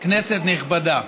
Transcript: כנסת נכבדה,